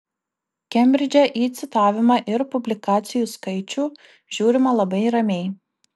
kembridže į citavimą ir publikacijų skaičių žiūrima labai ramiai